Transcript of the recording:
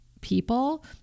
people